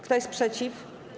Kto jest przeciw?